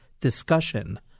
discussion